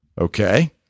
Okay